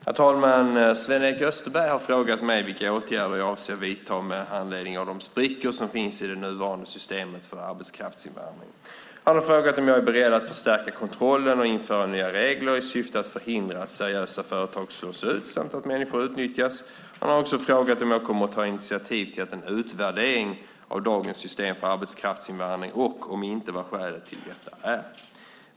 Herr talman! Sven-Erik Österberg har frågat mig vilka åtgärder jag avser att vidta med anledning av de sprickor som finns i det nuvarande systemet för arbetskraftsinvandring. Han har frågat om jag är beredd att förstärka kontrollen och införa nya regler i syfte att förhindra att seriösa företag slås ut samt att människor utnyttjas. Han har också frågat om jag kommer att ta initiativ till en utvärdering av dagens system för arbetskraftsinvandring och, om inte, vad skälet till detta är.